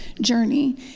journey